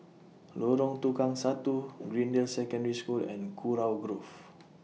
Lorong Tukang Satu Greendale Secondary School and Kurau Grove